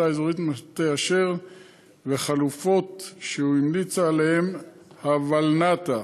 אזורית מטה-אשר וחלופות שהמליצה עליהן הוולנת"ע,